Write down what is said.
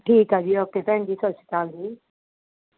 ਠੀਕ ਹੈ ਜੀ ਓਕੇ ਭੈਣ ਜੀ ਸਤਿ ਸ਼੍ਰੀ ਅਕਾਲ ਜੀ